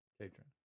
Patron